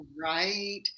Right